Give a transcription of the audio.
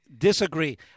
disagree